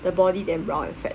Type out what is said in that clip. the body damn round and fat